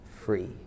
free